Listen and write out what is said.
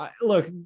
Look